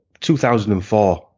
2004